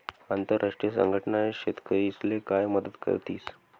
आंतरराष्ट्रीय संघटना शेतकरीस्ले काय मदत करतीस?